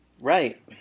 Right